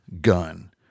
gun